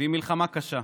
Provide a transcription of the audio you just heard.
והיא מלחמה קשה,